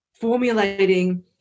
formulating